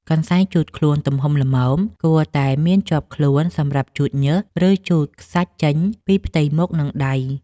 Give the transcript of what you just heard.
កន្សែងជូតខ្លួនទំហំល្មម គួរតែមានជាប់ខ្លួនសម្រាប់ជូតញើស ឬជូតខ្សាច់ចេញពីផ្ទៃមុខ និងដៃ។